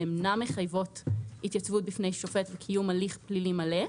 והן אינן מחייבות התייצבות בפני שופט וקיום הליך פלילי מלא.